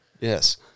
Yes